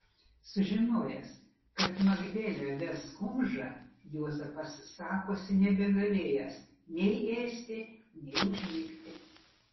sužinojęs kad magdelę ves kumža juozapas sakosi nebegalėjęs nei ėsti nei užmigti